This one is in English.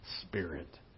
Spirit